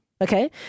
Okay